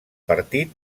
partit